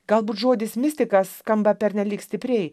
galbūt žodis mistika skamba pernelyg stipriai